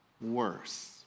worse